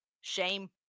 Shame